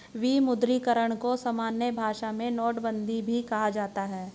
विमुद्रीकरण को सामान्य भाषा में नोटबन्दी भी कहा जाता है